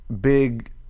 big